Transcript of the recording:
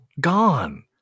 gone